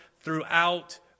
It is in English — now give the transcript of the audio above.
throughout